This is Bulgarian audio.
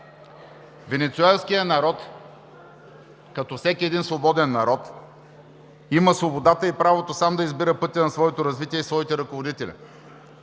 Венецуелският народ, като всеки един свободен народ, има свободата и правото сам да избира пътя на своето развитие и своите ръководители.